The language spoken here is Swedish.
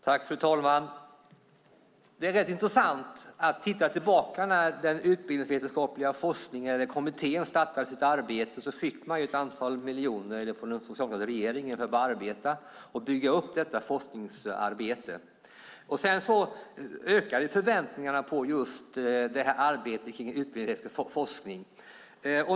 Fru talman! Det är intressant att se tillbaka på detta. När den utbildningsvetenskapliga kommittén startade sitt arbete fick den ett antal miljoner av den socialdemokratiska regeringen för att bygga upp forskningsarbetet. Sedan ökade förväntningarna på arbetet kring forskning.